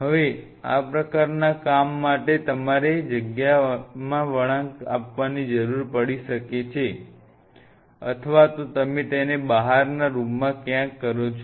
હવે આ પ્રકારના કામ માટે તમારે જગ્યાને વળાંક આપવાની જરૂર પડી શકે છે અથવા તો તમે તેને બહારના રૂમમાં ક્યાંક કરો છો